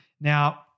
Now